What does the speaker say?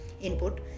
input